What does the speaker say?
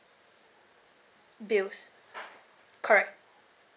bills correct